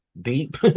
deep